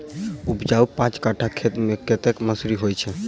उपजाउ पांच कट्ठा खेत मे कतेक मसूरी होइ छै?